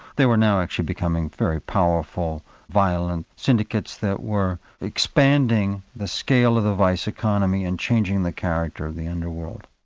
they were now actually becoming very powerful, violent syndicates that were expanding the scale of the vice economy and changing the character of the underworld.